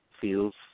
feels